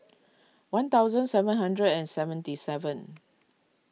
one thousand seven hundred and seventy seven